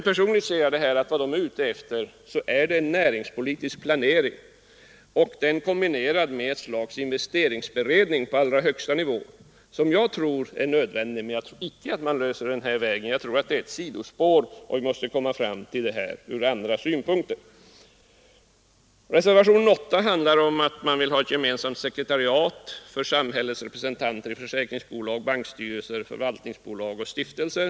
Personligen anser jag att vad motionärerna är ute efter är en näringspolitisk planering kombinerad med ett slags investeringsberedning på allra högsta nivå, som jag tror i och för sig är nödvändig. Men jag tror icke att man löser problemet den här vägen. Jag tror det här är ett sidospår. Vi måste komma fram till en lösning från andra utgångspunkter. Reservationen 8 handlar om ett gemensamt sekretariat för samhällets representanter i försäkringsbolag, bankstyrelser, förvaltningsbolag och stiftelser.